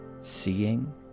seeing